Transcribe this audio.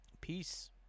peace